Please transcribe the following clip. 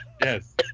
Yes